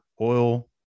oil